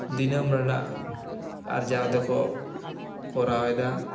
ᱫᱤᱱᱟᱹᱢ ᱨᱮᱱᱟᱜ ᱟᱨᱡᱟᱣ ᱫᱚᱠᱚ ᱠᱚᱨᱟᱣ ᱮᱫᱟ